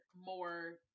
more